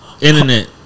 Internet